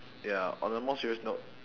ya on a more serious note